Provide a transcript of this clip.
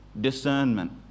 discernment